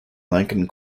lankan